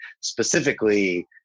specifically